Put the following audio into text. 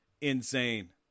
insane